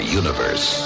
universe